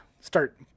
start